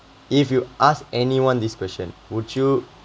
if you ask anyone this question would you